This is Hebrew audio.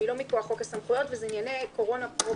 שהיא לא מכוח חוק הסמכויות ואלה ענייני קורונה פרופר.